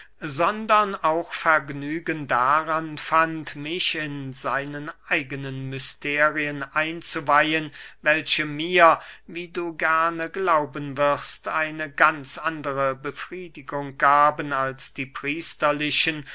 sondern auch vergnügen daran fand mich in seinen eigenen mysterien einzuweihen welche mir wie du gerne glauben wirst eine ganz andere befriedigung gaben als die priesterlichen